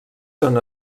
són